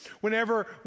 Whenever